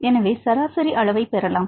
எனவே சராசரி அளவை பெறலாம்